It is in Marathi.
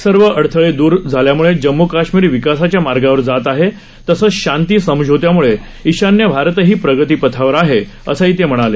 सर्व अडथळे दूर झाल्यामुळे जम्मू काश्मीर विकासाच्या मार्गावर जात आहे तसंच शांती समझोत्यामुळे ईशान्य भारतही प्रगतीपथावर आहे असं ते म्हणाले